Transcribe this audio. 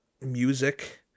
music